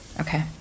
Okay